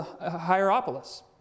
Hierapolis